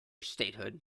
statehood